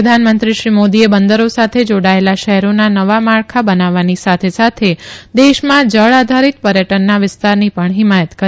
પ્રધાનમંત્રી શ્રી મોદીએ બંદરો સાથે જોડાયેલા શહેરોના નવા માળખા બનાવવાની સાથે સાથે દેશમાં જળ આધારિત પર્યટનના વિસ્તારની પમ હિમાથત કરી